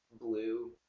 blue